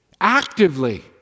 actively